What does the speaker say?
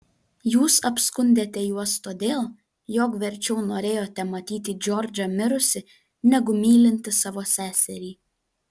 jūs apskundėte juos todėl jog verčiau norėjote matyti džordžą mirusį negu mylintį savo seserį